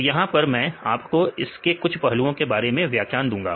तो यहां पर मैं आपको इसके कुछ पहलुओं के बारे में व्याख्यान दूंगा